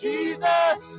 Jesus